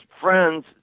friends